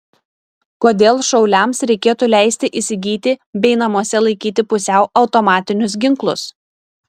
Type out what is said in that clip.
kodėl šauliams reikėtų leisti įsigyti bei namuose laikyti pusiau automatinius ginklus